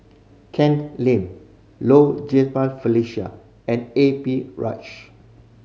Ken Lim Low Jimenez Felicia and A P Rajah